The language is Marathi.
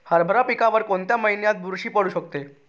हरभरा पिकावर कोणत्या महिन्यात बुरशी पडू शकते?